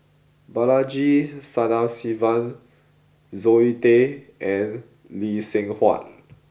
Balaji Sadasivan Zoe Tay and Lee Seng Huat